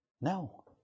No